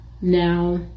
Now